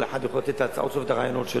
וכל אחד יכול לתת את ההצעות שלו ואת הרעיונות שלו.